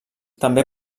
també